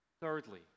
Thirdly